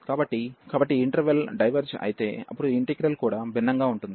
కాబట్టి ఈ interval diverge అయితే అప్పుడు ఈ ఇంటిగ్రల్ కూడా భిన్నంగా ఉంటుంది